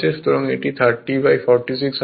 সুতরাং এটি 30 46 হবে